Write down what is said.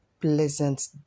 pleasant